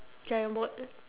dragon boat